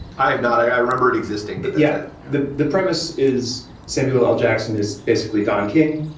i have not. i remember it existing but yet the the premise is samuel l. jackson is basically don king.